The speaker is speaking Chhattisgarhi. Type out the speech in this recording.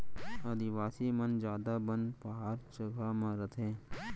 आदिवासी मन जादा बन पहार जघा म रथें